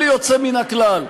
בלי יוצא מן הכלל,